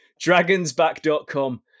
Dragonsback.com